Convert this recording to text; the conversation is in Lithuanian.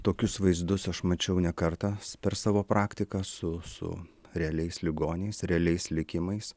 tokius vaizdus aš mačiau ne kartą per savo praktiką su su realiais ligoniais realiais likimais